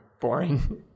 boring